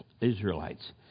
Israelites